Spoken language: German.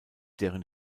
deren